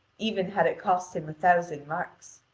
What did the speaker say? even had it cost him a thousand marks.